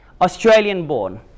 Australian-born